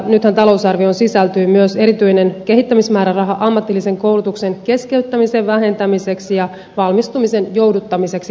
nythän talousarvioon sisältyy myös erityinen kehittämismääräraha ammatillisen koulutuksen keskeyttämisen vähentämiseksi ja valmistumisen jouduttamiseksi kaiken kaikkiaan